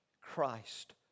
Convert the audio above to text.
Christ